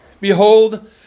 Behold